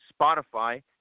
Spotify